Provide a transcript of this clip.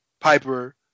Piper